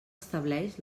estableix